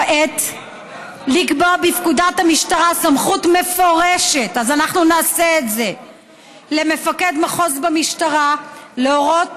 וכעת לקבוע בפקודת המשטרה סמכות מפורשת למפקד מחוז במשטרה להורות